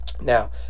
Now